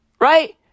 Right